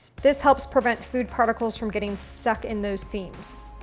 this helps prevent food particles from getting stuck in those seams.